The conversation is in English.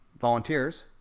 volunteers